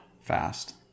fast